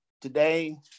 Today